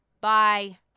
Bye